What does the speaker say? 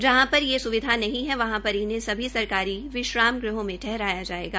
जहों पर ये विश्रामलय नहीं है वहां पर उन्हें सभी सरकारी विश्राम ग्रहों में ठहराया जायेगा